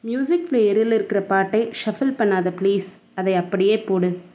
music ப்ளேயரில் இருக்கிற பாட்டை ஷஃபில் பண்ணாதே ப்ளீஸ் அதை அப்படியே போடு